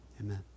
Amen